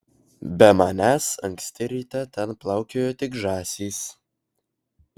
be manęs anksti ryte ten plaukiojo tik žąsys